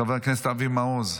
חבר הכנסת אבי מעוז,